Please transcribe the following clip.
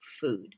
food